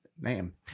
name